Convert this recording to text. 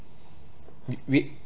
we